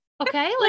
Okay